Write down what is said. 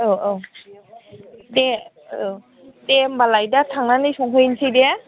औ औ दे औ दे होम्बालाय दा थांनानै संहैनोसै दे